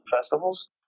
festivals